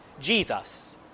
Jesus